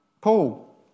Paul